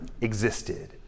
existed